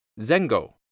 Zengo